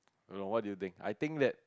I don't know what do you think I think that